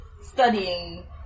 studying